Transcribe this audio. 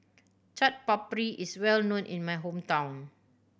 Chaat Papri is well known in my hometown